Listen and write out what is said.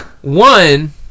one